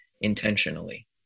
intentionally